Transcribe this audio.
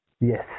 Yes